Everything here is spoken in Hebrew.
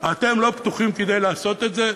אתם לא פתוחים כדי לעשות את זה?